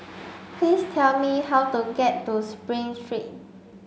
please tell me how to get to Spring Street